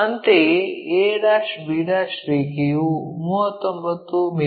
ಅಂತೆಯೇ a b ರೇಖೆಯು 39 ಮಿ